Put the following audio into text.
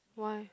why